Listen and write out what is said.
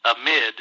amid